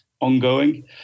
ongoing